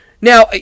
Now